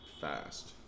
fast